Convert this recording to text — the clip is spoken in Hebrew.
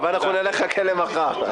אבל אנחנו נחכה למחר.